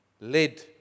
led